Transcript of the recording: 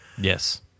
yes